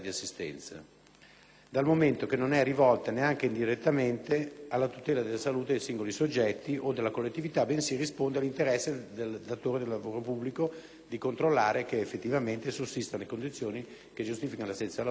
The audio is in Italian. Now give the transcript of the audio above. dal momento che non è rivolta, neanche indirettamente, alla tutela della salute dei singoli soggetti o della collettività bensì risponde all'interesse del datore di lavoro pubblico di controllare che effettivamente sussistano le condizioni che giustificano l'assenza dal servizio dei lavoratori.